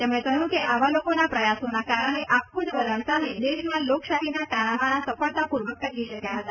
તેમણે કહ્યું કે આવા લોકોના પ્રયાસોના કારણે આપખુદ વલણ સામે દેશમાં લોકશાહીના તાણાવાણા સફળતાપૂર્વક ટકી શક્યા હતા